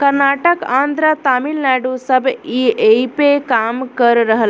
कर्नाटक, आन्द्रा, तमिलनाडू सब ऐइपे काम कर रहल बा